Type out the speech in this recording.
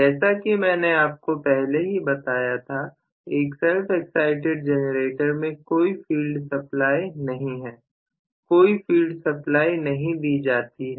जैसा कि मैंने आपको पहले ही बताया था एक सेपरेटली एक्साइटिड जनरेटर में कोई फ़ील्ड सप्लाई नहीं है कोई फ़ील्ड सप्लाई नहीं दी जाती है